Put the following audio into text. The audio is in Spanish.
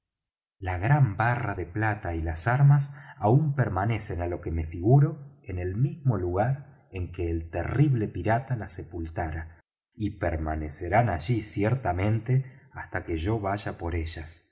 la gran barra de plata y las armas aún permanecen á lo que me figuro en el mismo lugar en que el terrible pirata las sepultara y permanecerán allí ciertamente hasta que yo vaya por ellas